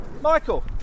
Michael